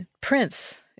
Prince